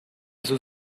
sus